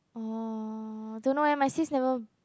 uh don't know eh my sis never